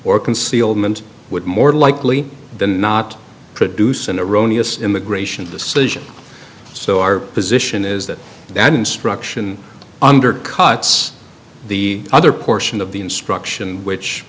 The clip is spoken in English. or concealment would more likely than not produce in a row nias immigration decision so our position is that that instruction undercuts the other portion of the instruction which